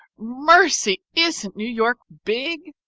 mercy! isn't new york big?